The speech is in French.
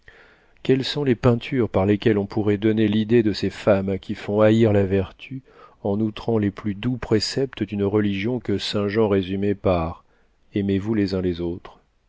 quelles sont les peintures par lesquelles on pourrait donner l'idée de ces femmes qui font haïr la vertu en outrant les plus doux préceptes d'une religion que saint jean résumait par aimez-vous les uns les autres